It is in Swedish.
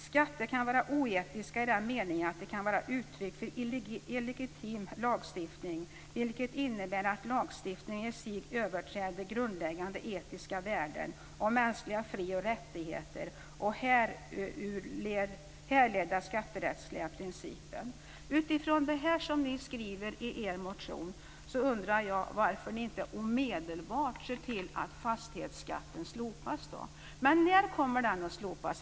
Skatter kan vara oetiska i den meningen att de kan vara uttryck för illegitim lagstiftning, vilket innebär att lagstiftningen i sig överträder grundläggande etiska värden och mänskliga fri och rättigheter och härur härledda skatterättsliga principer." Utifrån det ni skriver i er motion undrar jag varför ni inte omedelbart ser till att fastighetsskatten slopas. När kommer den att slopas?